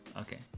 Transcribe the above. Okay